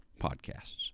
podcasts